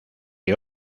que